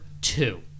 two